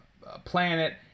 planet